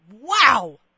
Wow